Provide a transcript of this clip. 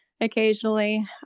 occasionally